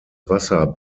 wasser